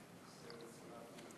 חברי וחברותי חברי הכנסת,